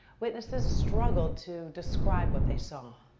witnesses struggled to describe what they saw.